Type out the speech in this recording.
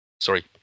Sorry